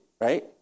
right